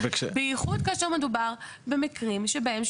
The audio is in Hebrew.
בייחוד כאשר מדובר במקרים שבהם,